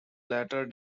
latter